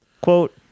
Quote